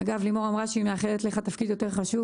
לימור אמרה שהיא מאחלת לך תפקיד יותר חשוב.